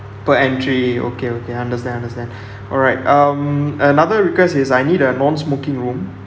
per entry okay okay understand understand alright um another request is I need a non-smoking room